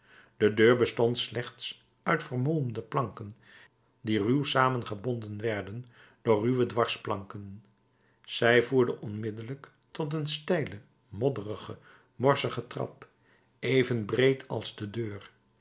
de deur bestond slechts uit vermolmde planken die ruw samengehouden werden door ruwe dwarsplanken zij voerde onmiddellijk tot een steile modderige morsige trap even breed als de deur